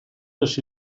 les